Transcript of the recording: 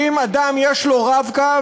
כי אם אדם שיש לו "רב-קו"